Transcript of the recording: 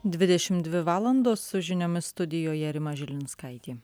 dvidešim dvi valandos su jumis studijoje rima žilinskaitė